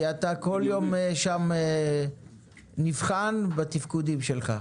אתה כל יום נבחן בתפקודים שלך.